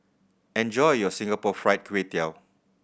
enjoy your Singapore Fried Kway Tiao